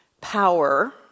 power